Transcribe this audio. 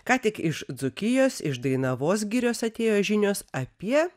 ką tik iš dzūkijos iš dainavos girios atėjo žinios apie